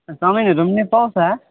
चाउमिनहरू पनि पाउँछ